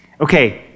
Okay